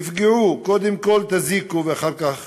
תפגעו, קודם כול תזיקו, ואחר כך